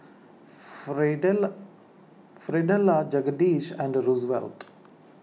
Fidelia Fidelia Jedediah and Rosevelt